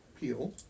Peel